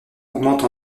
augmente